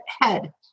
Head